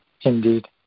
Indeed